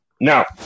now